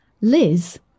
Liz